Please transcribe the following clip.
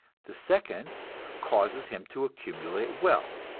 the second causes him to accumulate wealth,